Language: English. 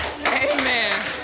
Amen